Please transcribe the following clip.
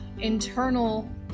internal